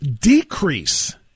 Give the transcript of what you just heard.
decrease